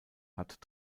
hat